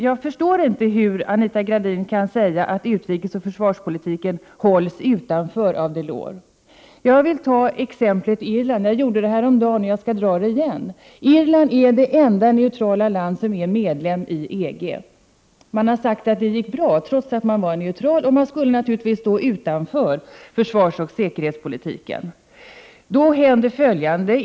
Jag förstår inte hur Anita Gradin kan säga att utrikesoch försvarspolitiken hålls utanför av Delors. Jag vill t.ex. ta upp Irland, vilket jag även gjorde häromdagen. Irland är det enda neutrala land som är medlem i EG. Det har sagts att det gått bra trots att Irland är neutralt, och Irland skulle naturligtvis stå utanför försvarsoch säkerhetspolitiken. Då händer följande.